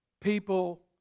people